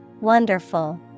wonderful